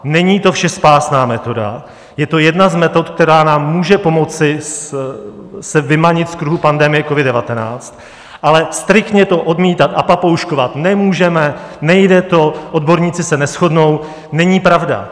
Není to všespásná metoda, je to jedna z metod, která nám může pomoci vymanit se z kruhu pandemie COVID19, ale striktně to odmítat a papouškovat: Nemůžeme, nejde to, odborníci se neshodnou, není pravda.